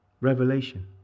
revelation